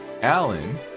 Alan